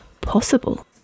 possible